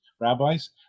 rabbis